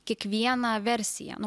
kiekvieną versiją nu